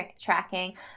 tracking